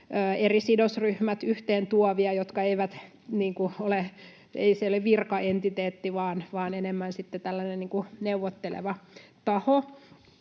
eri sidosryhmät yhteen tuovia ja ne eivät ole virkaentiteettejä vaan enemmän sitten